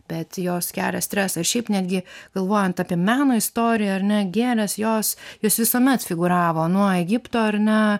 bet jos kelia stresą ir šiaip netgi galvojant apie meno istoriją ar ne gėles jos jos visuomet figūravo nuo egipto ar ne